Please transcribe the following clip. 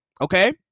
Okay